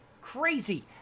crazy